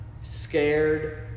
scared